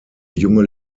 junge